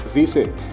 visit